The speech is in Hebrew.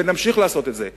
ונמשיך לעשות את זה,